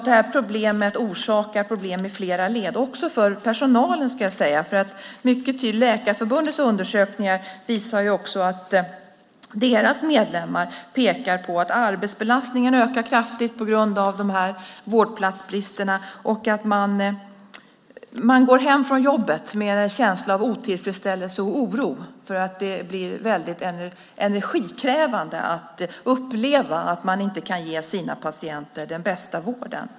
Det här problemet orsakar alltså problem i flera led, också för personalen, ska jag säga. Läkarförbundets undersökningar visar att deras medlemmar pekar på att arbetsbelastningen ökar kraftigt på grund av vårdplatsbristen och att man går hem från jobbet med en känsla av otillfredsställelse och oro. Det är väldigt energikrävande att uppleva att man inte kan ge sina patienter den bästa vården.